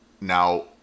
now